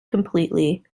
completely